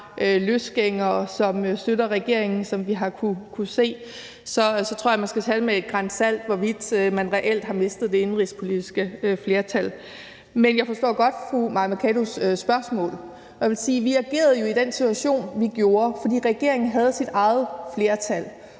løsgængere, som støtter regeringen, sådan som vi har kunnet se, tror jeg, man skal tage det med et gran salt, hvorvidt man reelt har mistet det indenrigspolitiske flertal. Men jeg forstår godt fru Mai Mercados spørgsmål, og jeg vil sige, at vi jo agerede i den situation, som vi gjorde, fordi regeringen havde sit eget flertal